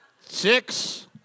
Six